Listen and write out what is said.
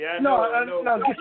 No